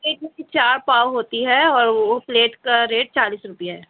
ایک میں چار پاؤ ہوتی ہے اور وہ پلیٹ کا ریٹ چالیس روپے ہے